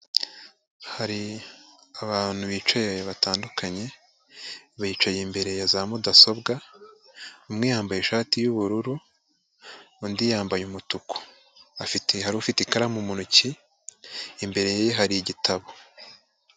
Hari abantu bicaye batandukanye, bicaye imbere ya za mudasobwa, umwe yambaye ishati y'ubururu, undi yambaye umutuku, hari ufite ikaramu mu ntoki, imbere ye hari igitabo.